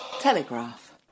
Telegraph